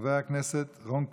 חבר הכנסת רון כץ,